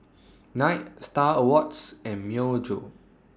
Knight STAR Awards and Myojo